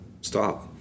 stop